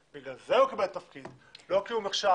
בגלל זה הוא קיבל תפקיד לא כי הוא מוכשר,